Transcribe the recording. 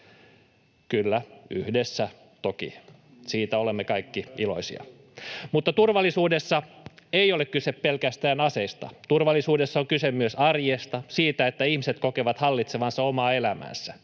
Kyllä, yhdessä toki, siitä olemme kaikki iloisia. Mutta turvallisuudessa ei ole kyse pelkästään aseista. Turvallisuudessa on kyse myös arjesta, siitä, että ihmiset kokevat hallitsevansa omaa elämäänsä.